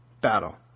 battle